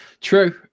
true